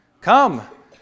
Come